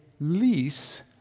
lease